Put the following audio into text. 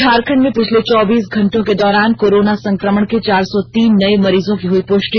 झारखंड में पिछले चौबीस घंटों के दौरान कोरोना संकमण के चार सौ तीन नये मरीजों की हुई पुष्टि